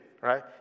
right